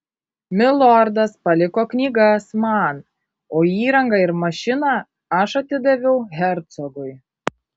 milordas paliko knygas man o įrangą ir mašiną aš atidaviau hercogui